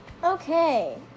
okay